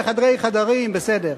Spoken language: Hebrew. בחדרי חדרים בסדר,